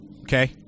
Okay